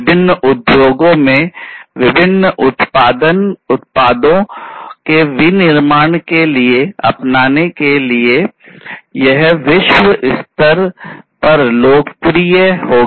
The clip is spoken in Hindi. विभिन्न उद्योगों में विभिन्न उत्पादों के विनिर्माण के लिए अपनाने के लिए यह विश्व स्तर पर लोकप्रिय हो गया